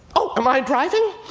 oh! am i driving?